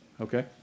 Okay